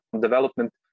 development